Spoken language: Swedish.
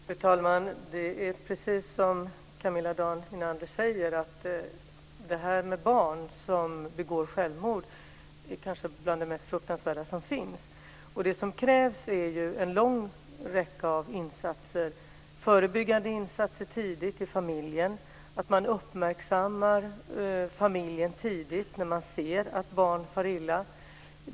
Fru talman! Det är precis så som Camilla Dahlin Andersson säger att bland det mest fruktansvärda som finns är när barn begår självmord. Det krävs en lång räcka av insatser. Det krävs förebyggande insatser tidigt i familjen. Man bör uppmärksamma familjen tidigt när man ser att barn far illa.